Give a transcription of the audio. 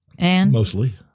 Mostly